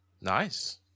Nice